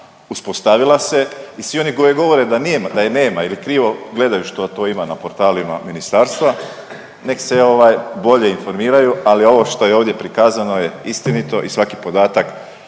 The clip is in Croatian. uspostavila i svi oni koji govore da nije, da je nema jer je krivo gledaju što to ima na portalima ministarstva, nek se ovaj bolje informiraju, ali ovo što je ovdje prikazano je istinito i svaki podatak